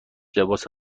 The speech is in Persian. لباس